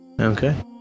Okay